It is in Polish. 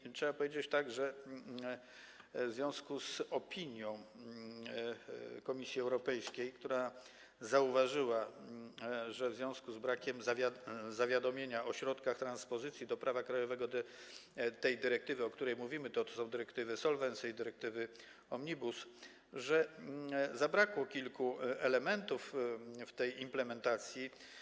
I trzeba powiedzieć tak, że łączy się to z opinią Komisji Europejskiej, która zauważyła, że w związku z brakiem zawiadomienia o środkach transpozycji do prawa krajowego tej dyrektywy, o której mówimy, tj. dyrektywy Solvency i dyrektywy Omnibus, zabrakło kilku elementów w tej implementacji.